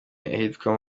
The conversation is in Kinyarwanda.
ahitwa